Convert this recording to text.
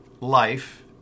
Life